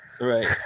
Right